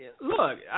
Look